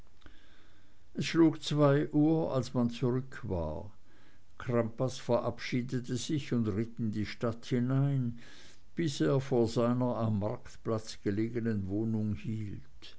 es schlug zwei uhr als man zurück war crampas verabschiedete sich und ritt in die stadt hinein bis er vor seiner am marktplatz gelegenen wohnung hielt